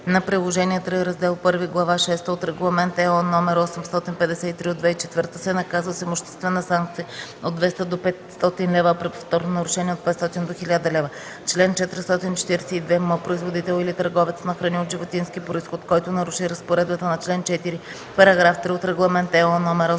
на Приложение III, Раздел І, Глава шеста от Регламент (ЕО) № 853/2004, се наказва с имуществена санкция от 200 до 500 лв., а при повторно нарушение – от 500 до 1000 лв. Чл. 442м. Производител или търговец на храни от животински произход, който наруши разпоредбата на чл. 4, параграф 3 от Регламент (ЕО)